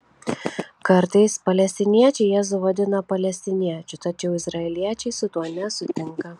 kartais palestiniečiai jėzų vadina palestiniečiu tačiau izraeliečiai su tuo nesutinka